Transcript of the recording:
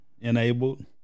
enabled